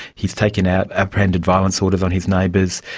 he has taken out apprehended violence orders on his neighbours,